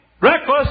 breakfast